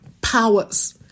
powers